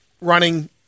running